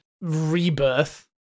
rebirth